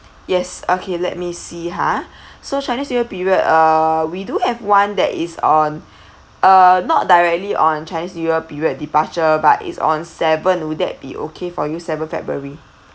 yes okay let me see ha so chinese new year period uh we do have one that is on uh not directly on chinese new year period departure but it's on seventh would that be okay for you seventh february